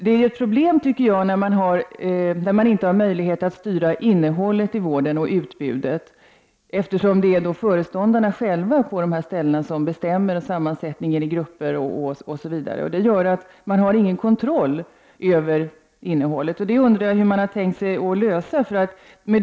Det är ett problem, tycker jag, när man inte har möjlighet att styra innehållet i vården och utbudet. Det är föreståndarna på dessa hem som bestämmer sammansättning i grupper osv. Det gör att man inte har någon kontroll över innehållet i vården, och jag undrar hur man har tänkt sig att lösa detta.